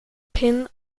pin